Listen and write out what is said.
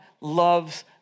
loves